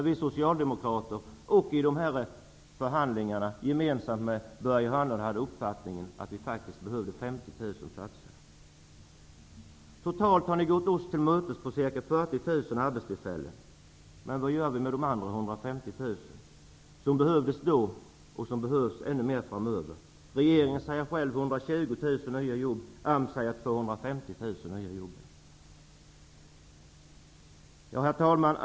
Vi socialdemokrater hade i förhandlingarna med Börje Hörnlund den uppfattningen att vi faktiskt hade ett behov av Totalt har ni gått oss till mötes med ca 40 000 arbetstillfällen, men vad gör vi med de andra 150 000 som behövdes då och som behövs ännu mer framöver? Regeringen säger själv 120 000 nya jobb, Herr talman!